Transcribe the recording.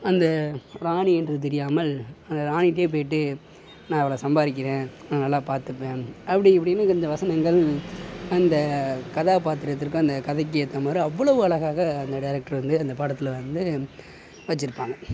அந்த ராணி என்று தெரியாமல் அந்த ராணிகிட்டையே போய்ட்டு நான் இவ்வளோ சம்பாதிக்குறேன் நான் நல்லா பார்த்துப்பேன் அப்படி இப்படினு கொஞ்சம் வசனங்கள் அந்த கதாபாத்திரத்திற்கும் அந்த கதைக்கு ஏற்ற மாதிரி அவ்வளோ அழகாக அந்த டேரெக்டர் வந்து அந்த படத்தில் வந்து வச்சிருப்பாங்க